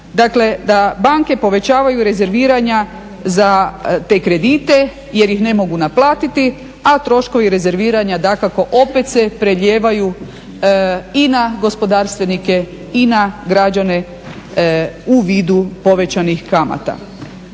dakle da banke povećavaju rezerviranja za te kredite jer ih ne mogu naplatiti, a troškovi rezerviranja dakako opet se prelijevaju i na gospodarstvenike i na građane u vidu povećanih kamata.